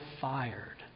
fired